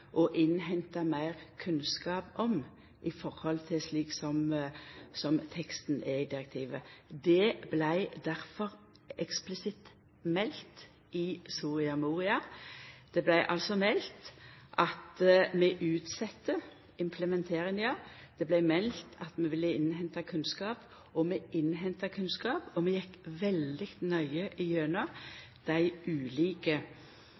å innhenta meir kunnskap om i høve til korleis teksten er i direktivet. Det vart difor eksplisitt meldt i Soria Moria-erklæringa. Det vart meldt at vi utset implementeringa, og det vart meldt at vi ville innhenta kunnskap. Vi innhenta kunnskap, og vi gjekk veldig nøye gjennom dei ulike